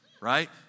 Right